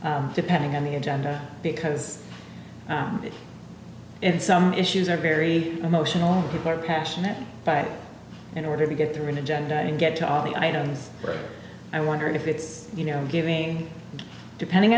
depending on the agenda because in in some issues are very emotional people are passionate but in order to get through an agenda and get to all the items i wonder if it's you know giving depending